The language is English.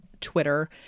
Twitter